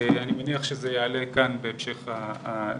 אני מניח שזה יעלה כאן בהמשך הדיון.